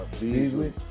Beasley